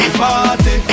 party